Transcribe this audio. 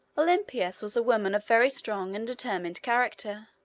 olympias was a woman of very strong and determined character.